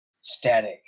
static